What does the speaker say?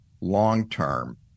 long-term